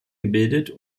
gebildet